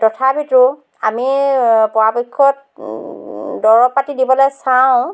তথাপিতো আমি পৰাপক্ষত দৰৱ পাতি দিবলে চাওঁ